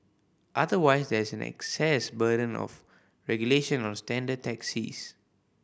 otherwise there is an access burden of regulation on standard taxis